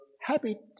habit